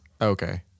Okay